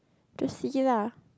just see lah